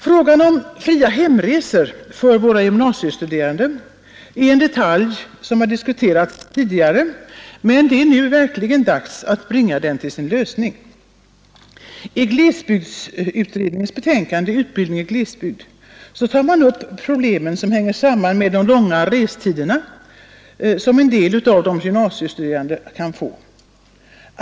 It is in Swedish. Frågan om fria hemresor för våra gymnasiestuderande är ett problem som har diskuterats tidigare, men det är nu verkligen dags att bringa den till sin lösning. I glesbygdsutredningens betänkande Utbildning i glesbygd tar man upp problem som hänger samman med de långa restider som en del av de gymnasiestuderande kan få.